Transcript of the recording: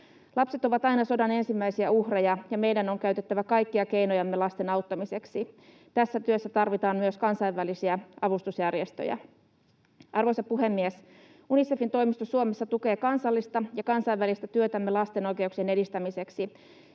Lapset ovat aina sodan ensimmäisiä uhreja, ja meidän on käytettävä kaikkia keinojamme lasten auttamiseksi. Tässä työssä tarvitaan myös kansainvälisiä avustusjärjestöjä. Arvoisa puhemies! Unicefin toimisto Suomessa tukee kansallista ja kansainvälistä työtämme lasten oikeuksien edistämiseksi.